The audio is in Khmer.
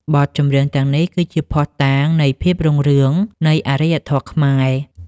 បទចម្រៀងទាំងនេះគឺជាភស្តុតាងនៃភាពរុងរឿងនៃអរិយធម៌ខ្មែរ។